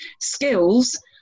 skills